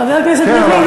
חבר הכנסת ריבלין,